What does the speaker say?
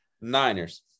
Niners